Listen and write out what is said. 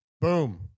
Boom